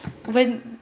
when